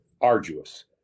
arduous